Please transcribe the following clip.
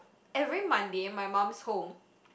every Monday my mum's home